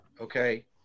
okay